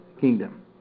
kingdom